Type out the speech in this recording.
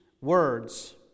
words